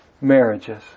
marriages